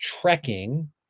trekking